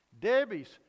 Debbie's